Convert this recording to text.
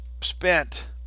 spent